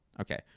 Okay